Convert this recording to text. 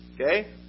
Okay